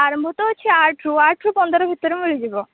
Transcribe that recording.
ଆରମ୍ଭ ତ ଅଛି ଆଠରୁୁ ଆଠରୁ ପନ୍ଦର ଭିତରେ ମିଳିଯିବ